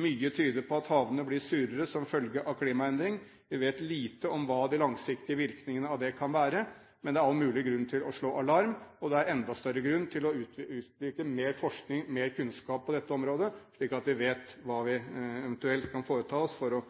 Mye tyder på at havene blir surere som følge av klimaendring. Vi vet lite om hva de langsiktige virkningene av dette kan være, men det er all mulig grunn til å slå alarm, og det er enda større grunn til å utvikle mer forskning og mer kunnskap på dette området, slik at vi vet hva vi eventuelt kan foreta oss for å